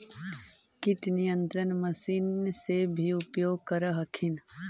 किट नियन्त्रण मशिन से भी उपयोग कर हखिन?